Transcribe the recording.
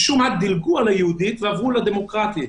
משום מה, דילגו על היהודית ועברו לדמוקרטית.